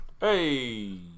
Hey